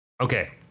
okay